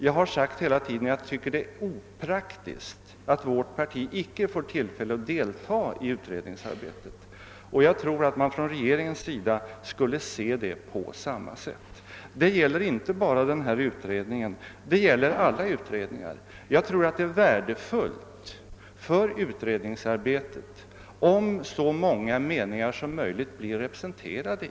Jag har hela tiden sagt att jag tycker att det är opraktiskt att vårt parti inte får tillfälle att delta i utredningsarbetet. Jag tror att man på regeringshåll borde se saken på samma sätt. Det gäller inte bara den nämnda utredningen utan alla statliga utredningar. Det vore värdefullt för utredningsarbetet om så många meningar som möjligt blev representerade.